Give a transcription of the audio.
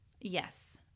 Yes